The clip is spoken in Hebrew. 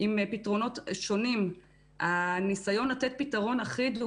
עם פתרונות שונים - הניסיון לתת פתרון אחיד הוא